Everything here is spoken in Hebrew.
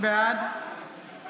בעד